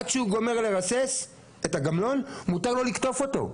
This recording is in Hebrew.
עד שהוא גומר לרסס את הגמלון, מותר לו לקטוף אותו.